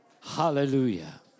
Hallelujah